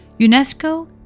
UNESCO